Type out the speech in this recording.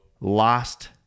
lost